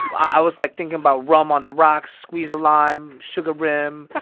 i was, like, thinking about rum on the rocks, squeeze a lime, sugar rim,